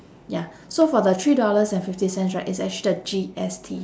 ya so for the three dollars and fifty cents right it's actually the G S T